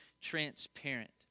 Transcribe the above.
transparent